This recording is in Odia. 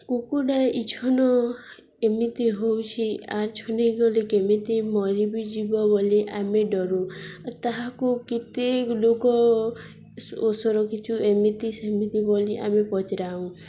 କୁକୁଡ଼ା ଇଛନ ଏମିତି ହେଉଛି ଆର୍ଛନ ଗଲେ କେମିତି ମରିିବି ଯିବ ବୋଲି ଆମେ ଡରୁ ଆର୍ ତାହାକୁ କେତେ ଲୋକ ଔଷଧ କିଛି ଏମିତି ସେମିତି ବୋଲି ଆମେ ପଚରାଉ